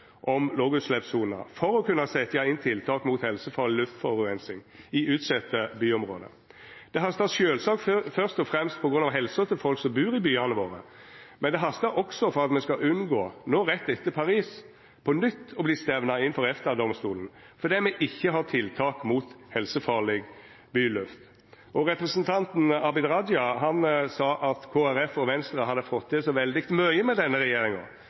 om lågutsleppssoner for å kunna setja inn tiltak mot helsefarleg luftforureining i utsette byområde. Det hastar sjølvsagt først og fremst på grunn av helsa til folk som bur i byane våre, men det hastar også for at me skal unngå, no rett etter Paris, på nytt å verta stemna inn for EFTA-domstolen fordi me ikkje har tiltak mot helsefarleg byluft. Representanten Abid Raja sa at Kristeleg Folkeparti og Venstre hadde fått til så veldig mykje med denne regjeringa.